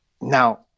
now